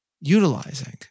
utilizing